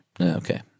Okay